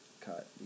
cut